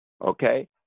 okay